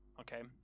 Okay